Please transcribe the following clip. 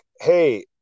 hey